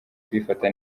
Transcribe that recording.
kuyifata